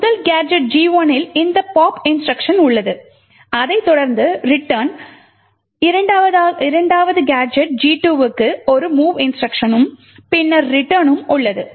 முதல் gadget G1 இல் இந்த pop இன்ஸ்ட்ருக்ஷன் உள்ளது அதைத் தொடர்ந்து return இரண்டாவது கேஜெட் G 2 க்கு ஒரு mov இன்ஸ்ட்ருக்ஷனும் பின்னர் return னும் உள்ளது